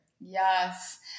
Yes